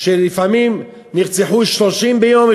שלפעמים נרצחו 30 ביום,